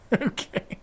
Okay